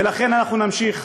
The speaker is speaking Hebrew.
ולכן אנחנו נמשיך,